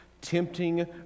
tempting